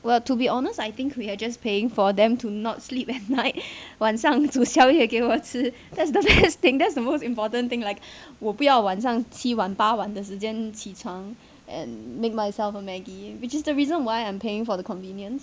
well to be honest I think we're just paying for them to not sleep at night 晚上煮宵夜给我吃 that's the best thing that's the most important thing like 我不要晚上七晚八晚的时间起床 and make myself a maggie which is the reason why I'm paying for the convenience